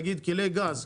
נגיד כלי גז,